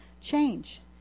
Change